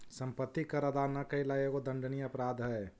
सम्पत्ति कर अदा न कैला एगो दण्डनीय अपराध हई